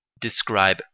describe